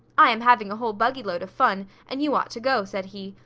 i am having a whole buggy load of fun, and you ought to go, said he.